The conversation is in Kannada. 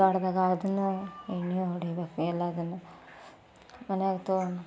ತೋಟದಾಗೆ ಅದನ್ನು ಎಣ್ಣೆ ಹೊಡೀಬೇಕು ಎಲ್ಲದನ್ನೂ ಮನೆಯಾಗೆ ತೆಗೊಂಡು